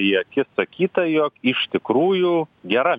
į akis sakyta jog iš tikrųjų gera